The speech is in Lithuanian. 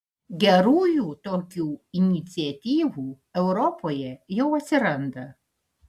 gerųjų tokių iniciatyvų europoje jau atsiranda